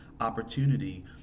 opportunity